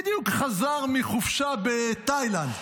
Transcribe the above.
שבדיוק חזר מחופשה בתאילנד.